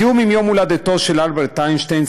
בתיאום עם יום-הולדתו של אלברט איינשטיין,